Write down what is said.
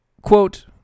Quote